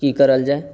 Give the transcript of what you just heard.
की करल जाए